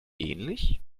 ähnlich